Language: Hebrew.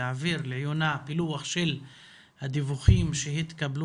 להעביר לעיונה פילוח של הדיווחים שהתקבלו